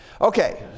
Okay